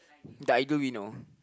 the ideal we know